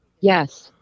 Yes